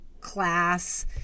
class